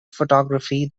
photography